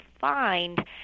find